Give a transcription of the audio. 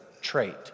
trait